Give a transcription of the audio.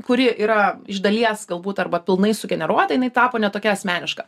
kuri yra iš dalies galbūt arba pilnai sugeneruota jinai tapo ne tokia asmeniška